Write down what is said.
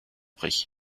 prix